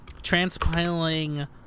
transpiling